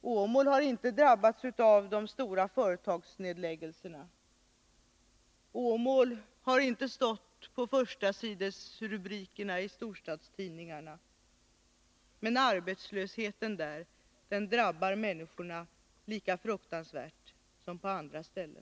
Åmål har inte drabbats av de stora företagsnedläggelserna. Åmål har inte stått i förstasidesrubrikerna i storstadstidningarna, men arbetslösheten drabbar människorna där lika fruktansvärt som på andra håll.